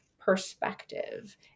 perspective